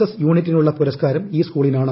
S യൂണിറ്റിനുള്ള പുരസ്കാരം ഈ സ്കൂളിനാണ്